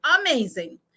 amazing